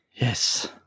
Yes